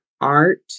art